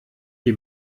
die